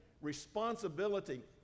responsibility